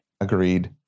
agreed